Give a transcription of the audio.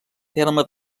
terme